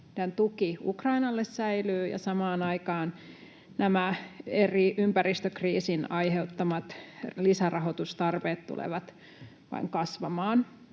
tuki Ukrainalle säilyy, mutta samaan aikaan nämä eri ympäristökriisin aiheuttamat lisärahoitustarpeet tulevat vain kasvamaan.